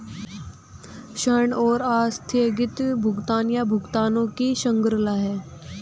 ऋण एक आस्थगित भुगतान, या भुगतानों की श्रृंखला है